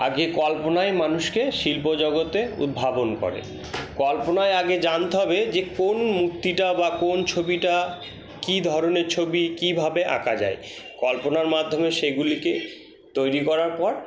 আগে কল্পনায় মানুষকে শিল্প জগতে উদ্ভাবন করে কল্পনায় আগে জানতে হবে যে কোন মূর্তিটা বা কোনো ছবিটা কী ধরনের ছবি কীভাবে আঁকা যায় কল্পনার মাধ্যমে সেগুলিকে তৈরি করার পর